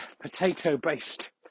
potato-based